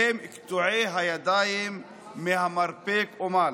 קטועי הידיים מהמרפק ומעלה.